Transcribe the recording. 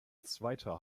zweiter